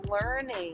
learning